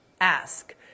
ask